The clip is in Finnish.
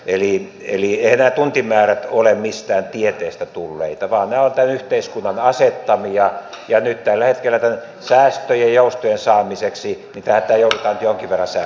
eli eiväthän nämä tuntimäärät ole mistään tieteestä tulleita vaan ne ovat tämän yhteiskunnan asettamia ja nyt tällä hetkellä säästöjen ja joustojen saamiseksi tätä joudutaan jonkin verran säätämään